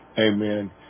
Amen